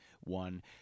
one